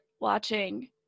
watching